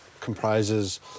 comprises